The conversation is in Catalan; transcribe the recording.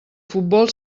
futbol